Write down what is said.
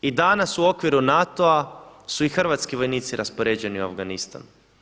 I danas u okviru NATO-a su i hrvatski vojnici raspoređeni u Afganistan.